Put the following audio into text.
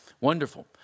Wonderful